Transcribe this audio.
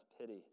pity